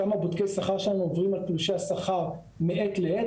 שם בודקי השכר שלנו עוברים על תלושי השכר מעת לעת,